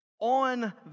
on